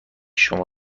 شما